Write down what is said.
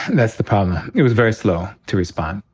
that's the problem. it was very slow to respond.